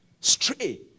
Stray